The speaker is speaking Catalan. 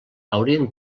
haurien